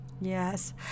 Yes